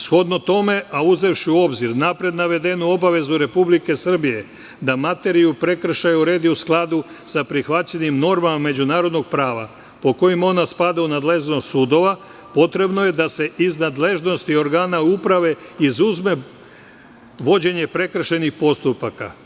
Shodno tome, a uzevši u obzir napred navedenu obavezu Republike Srbije, da materiju prekršaja uredi u skladu sa prihvaćenim normama međunarodnog prava, po kojima ona spada u nadležnost sudova, potrebno je da se iz nadležnosti organa uprave izuzme vođenje prekršajnih postupaka.